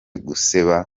guseba